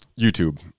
YouTube